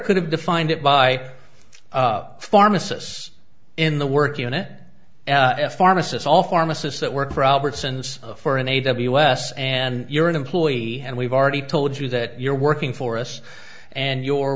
could have defined it by pharmacists in the work unit pharmacists all pharmacists that work for albertsons for an a w l s and you're an employee and we've already told you that you're working for us and your